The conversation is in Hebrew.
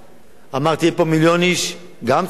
אמרתי: יהיו פה מיליון איש, גם צחקו.